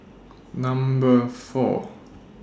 Number four